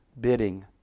bidding